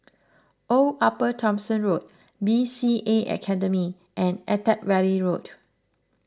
Old Upper Thomson Road B C A Academy and Attap Valley Road